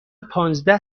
پانزده